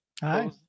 Hi